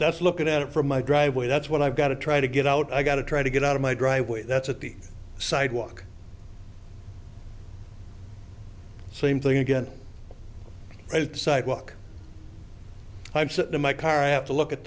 that's looking at it from my driveway that's what i've got to try to get out i got to try to get out of my driveway that's at the sidewalk same thing again sidewalk i'm set in my car i have to look at